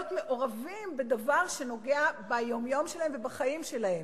מעורבים בדבר שנוגע ביום-יום שלהם ובחיים שלהם.